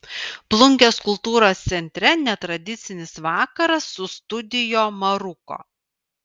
plungės kultūros centre netradicinis vakaras su studio maruko